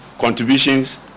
contributions